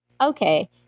Okay